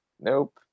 nope